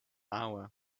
hour